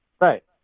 Right